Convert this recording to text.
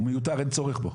אין צורך בו.